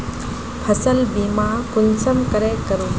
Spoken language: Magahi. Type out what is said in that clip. फसल बीमा कुंसम करे करूम?